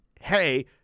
hey